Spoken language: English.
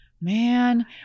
man